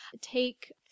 Take